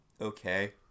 Okay